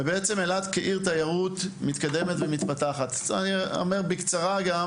אילת מתקדמת ומתפתחת כעיר תיירות.